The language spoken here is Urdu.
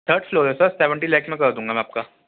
تھرڈ فلور ہے سر سیونٹی لاکھ میں کر دوں گا میں آپ کا